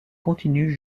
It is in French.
continuent